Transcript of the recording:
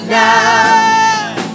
now